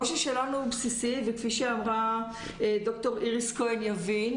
הקושי שלנו הוא בסיסי וכפי שאמרה ד"ר איריס כהן-יבין,